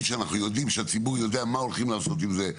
שאנחנו יודעים שהציבור יודע מה הולכים לעשות עם זה,